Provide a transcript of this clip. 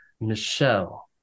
Michelle